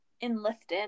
Enlisted